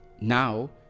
now